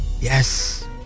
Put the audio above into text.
Yes